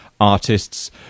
Artists